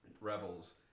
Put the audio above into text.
Rebels